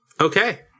Okay